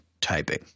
typing